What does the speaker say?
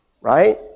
right